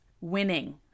winning